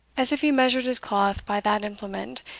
as if he measured his cloth by that implement,